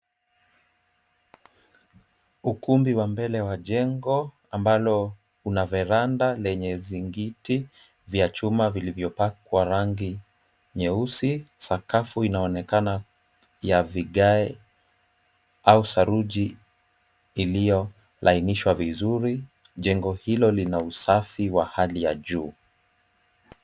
Ukumbi wa mbele wa jengo ambalo una veranda lenye zingiti vya chuma vilivvopakwa rangi nyeusi. Sakafu inaonekana ya vigae au saruji iliyolainishwa vizuri. Jengo hilo lina usafi wa hali ya juu.